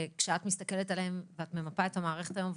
כשאת מסתכלת עליהם וממפה את המערכת היום,